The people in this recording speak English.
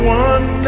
one